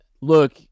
look